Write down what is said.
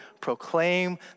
proclaim